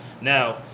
Now